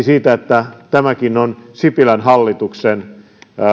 siitä että tässäkin on sipilän hallituksen